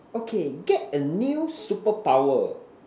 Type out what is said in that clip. okay get a new super power